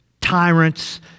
tyrants